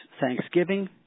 Thanksgiving